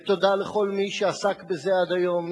ותודה לכל מי שעסק בזה עד היום,